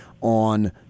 on